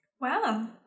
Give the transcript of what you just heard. Wow